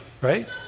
Right